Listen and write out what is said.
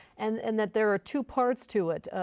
and and that there are two parts to it,